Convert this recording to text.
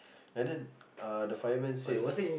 and then uh the fireman said